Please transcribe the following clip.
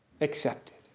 accepted